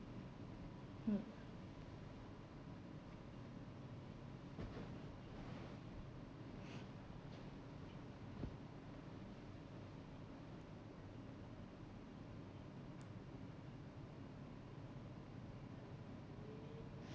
mm